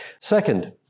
Second